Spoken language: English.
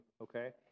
okay